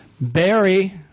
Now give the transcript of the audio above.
Barry